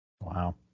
wow